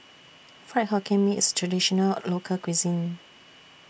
Fried Hokkien Mee IS A Traditional Local Cuisine